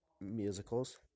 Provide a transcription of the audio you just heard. musicals